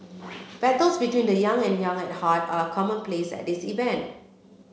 battles between the young and young at heart are commonplace at these event